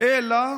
אלא